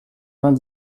vingt